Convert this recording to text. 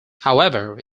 however